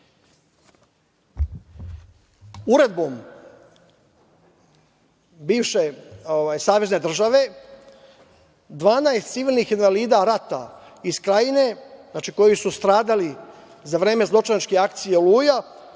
uredbom bivše Savezne države 12 civilnih invalida rata iz Krajine, znači, koji su stradali za vreme zločinačke akcije „Oluja“